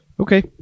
Okay